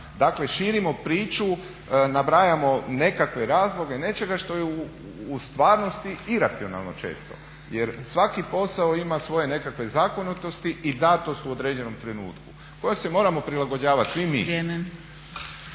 Dakle, širimo priču, nabrajamo nekakve razloge nečega što je u stvarnosti iracionalno često jer svaki posao ima svoje nekakve zakonitosti i datost u određenom trenutku kojem se moramo prilagođavati svi mi.